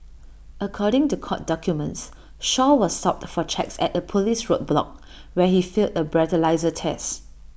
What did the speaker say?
according to court documents Shaw was stopped for checks at A Police roadblock where he failed A breathalyser test